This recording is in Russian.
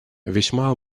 весьма